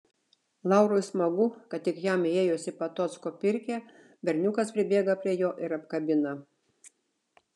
laurui smagu kad tik jam įėjus į patocko pirkią berniukas pribėga prie jo ir apkabina